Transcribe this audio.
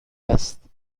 هست